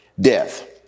death